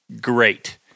Great